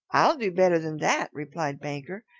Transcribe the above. i'll do better than that replied banker.